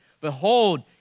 Behold